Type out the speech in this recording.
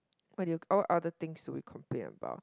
what do you all other things do we complain about